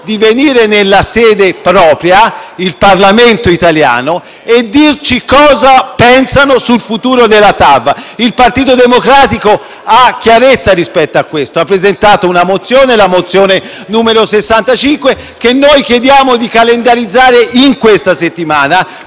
di venire nella sede propria, il Parlamento italiano, e dirci cosa pensano sul futuro della TAV. Il Partito Democratico ha chiarezza rispetto a questo, ha presentato la mozione n. 65, che chiediamo di calendarizzare in questa settimana,